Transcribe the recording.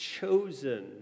chosen